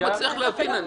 אני לא מצליח להבין.